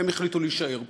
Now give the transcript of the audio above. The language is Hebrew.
הם החליטו להישאר פה.